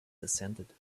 descended